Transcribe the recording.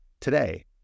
today